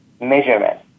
measurement